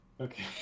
okay